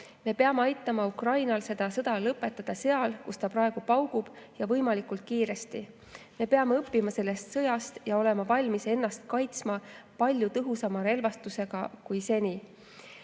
Me peame aitama Ukrainal seda sõda lõpetada seal, kus see praegu paugub, ja võimalikult kiiresti. Me peame sellest sõjast õppima ja olema valmis ennast kaitsma palju tõhusama relvastusega kui seni.